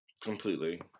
Completely